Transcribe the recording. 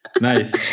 Nice